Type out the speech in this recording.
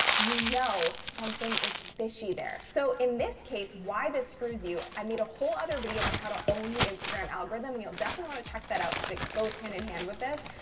you know something is fishy there. so, in this case, why this screws you, i made a whole other video on how to own the instagram algorithm, and you'll definitely want to check that out goes hand in hand with this.